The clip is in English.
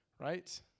right